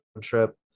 trip